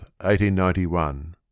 1891